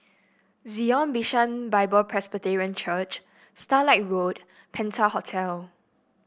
Zion Bishan Bible Presbyterian Church Starlight Road Penta Hotel